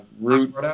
Root